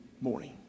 morning